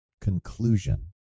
conclusion